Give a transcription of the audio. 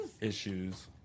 issues